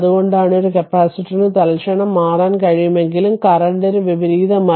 അതുകൊണ്ടാണ് ഒരു കപ്പാസിറ്ററിന് തൽക്ഷണം മാറാൻ കഴിയുമെങ്കിലും കറന്റ് വിപരീതമായി